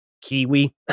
Kiwi